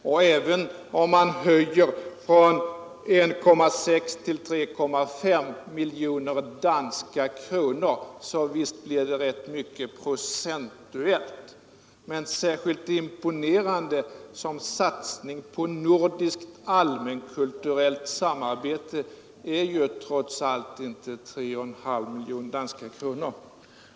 Och om man höjer från 1,6 till 3,5 miljoner danska kronor blir det ju rätt mycket procentuellt, men särskilt imponerande som satsning på nordiskt allmänkulturellt samarbete är trots allt inte 3,5 miljoner danska kronor.